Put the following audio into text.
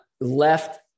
left